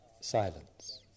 silence